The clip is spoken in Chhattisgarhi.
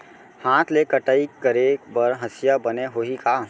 हाथ ले कटाई करे बर हसिया बने होही का?